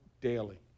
daily